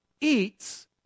eats